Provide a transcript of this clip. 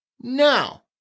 Now